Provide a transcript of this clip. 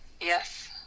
Yes